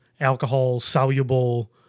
alcohol-soluble